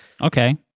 okay